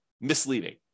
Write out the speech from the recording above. misleading